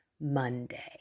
Monday